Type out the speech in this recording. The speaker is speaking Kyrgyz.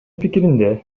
пикиринде